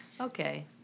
Okay